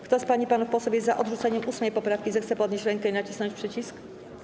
Kto z pań i panów posłów jest za odrzuceniem 8. poprawki, zechce podnieść rękę i nacisnąć przycisk.